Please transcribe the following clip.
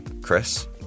Chris